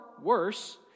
worse